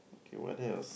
okay what else